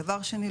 דבר שני,